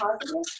positive